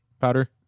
powder